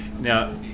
Now